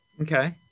Okay